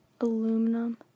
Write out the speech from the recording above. aluminum